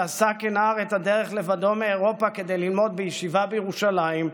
שעשה כנער את הדרך לבדו מאירופה כדי ללמוד בישיבה בירושלים,